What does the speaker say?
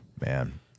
man